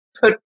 Put